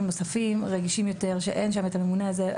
נוספים רגישים יותר שאין שם את הממונה הזה.